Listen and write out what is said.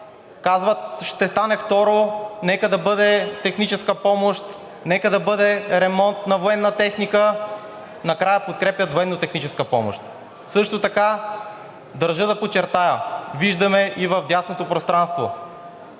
казват: ще стане второ, нека да бъде техническа помощ, нека да бъде ремонт на военна техника, накрая подкрепят военнотехническа помощ. Също така държа да подчертая – виждаме и в дясното пространство